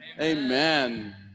amen